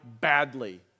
badly